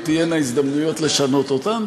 עוד תהיינה הזדמנויות לשנות אותם.